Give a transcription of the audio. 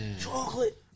Chocolate